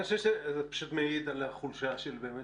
אני חושב שזה פשוט מעיד על החולשה באמת